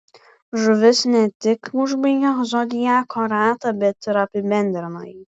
žuvys ne tik užbaigia zodiako ratą bet ir apibendrina jį